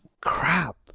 crap